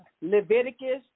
Leviticus